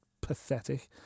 pathetic